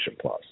Plus